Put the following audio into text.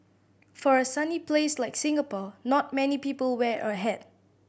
for a sunny place like Singapore not many people wear a hat